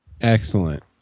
Excellent